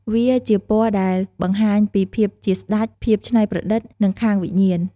វាជាពណ៌ដែលបង្ហាញពីភាពជាស្តេច ភាពច្នៃប្រឌិត និងខាងវិញ្ញាណ។